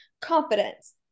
confidence